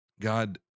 God